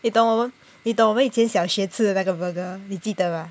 你懂你懂我们以前小学吃的那个 burger 你记得把